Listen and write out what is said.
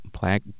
black